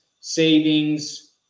savings